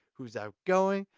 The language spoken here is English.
who's outgoing,